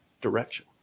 direction